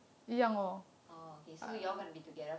oh okay so you all going to be together